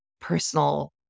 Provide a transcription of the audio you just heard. personal